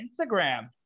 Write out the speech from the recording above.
Instagram